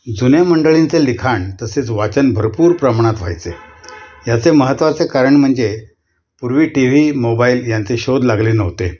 जुन्या मंडळींचे लिखाण तसेच वाचन भरपूर प्रमाणात व्हायचे याचे महत्त्वाचे कारण म्हणजे पूर्वी टी व्ही मोबाईल यांचे शोध लागले नव्हते